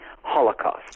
holocaust